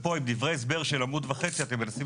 ופה עם דברי הסבר של עמוד וחצי אתם מנסים